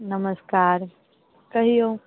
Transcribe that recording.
नमस्कार कहिऔ